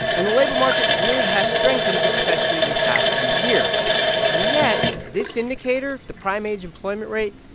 and the labor market really has strengthened, especially in the past few years and yet, this indicator, the prime-age employment rate,